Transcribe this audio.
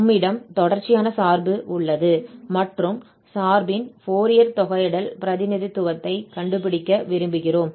நம்மிடம் தொடர்ச்சியான சார்பு உள்ளது மற்றும் சார்பின் ஃபோரியர் தொகையிடல் பிரதிநிதித்துவத்தைக் கண்டுபிடிக்க விரும்புகிறோம்